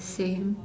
same